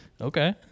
Okay